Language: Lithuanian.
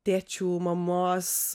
tėčių mamos